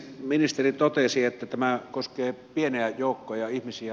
ministeri totesi että tämä koskee pieniä joukkoja ihmisiä